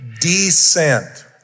descent